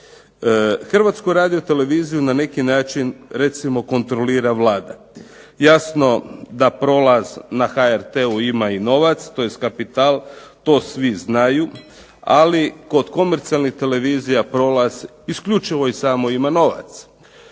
Hrvatsku radio-televiziju na neki način recimo kontrolira Vlada. Jasno da prolaz na HRT-u ima i novac, tj. kapital. To svi znaju, ali kod komercijalnih televizija prolaz isključivo i samo ima novac.